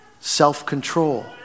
self-control